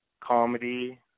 comedy